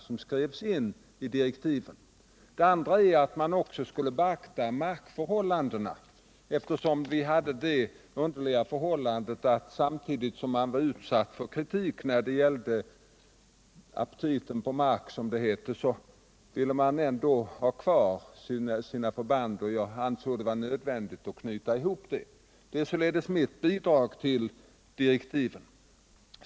Jag stod också för att det skrevs in att man skulle beakta markförhållandena. Vi hade nämligen det underliga förhållandet att samtidigt som man från kommunalt håll kritiserade oss för, som det hette, aptiten på mark, så ville man ha kvar sina förband. Jag ansåg det då nödvändigt att knyta ihop dessa frågor. Dessa skrivningar är således mitt bidrag till direktiven.